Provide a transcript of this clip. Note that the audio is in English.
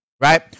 right